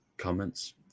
comments